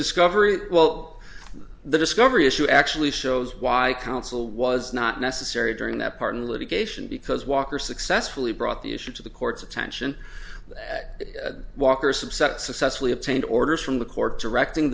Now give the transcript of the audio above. discovery well the discovery issue actually shows why i counsel was not necessary during that part in litigation because walker successfully brought the issue to the court's attention at walker subset successfully obtained orders from the court directing